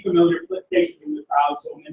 familiar faces in the ah so and